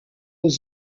aux